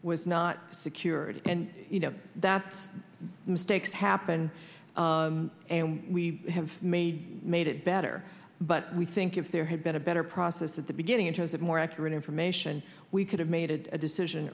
was not secured and you know that mistakes happen and we have made made it better but we think if there had been a better process at the beginning in terms of more accurate information we could have made a decision